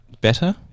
better